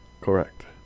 Correct